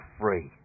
free